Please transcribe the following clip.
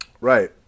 Right